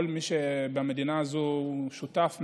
כל מי שבמדינה הזאת הוא שותף מלא,